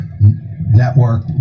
network